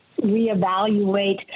reevaluate